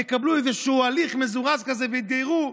יקבלו איזשהו הליך מזורז כזה ויתגיירו,